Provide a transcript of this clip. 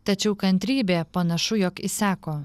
tačiau kantrybė panašu jog išseko